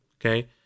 okay